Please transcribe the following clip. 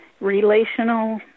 relational